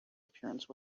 appearance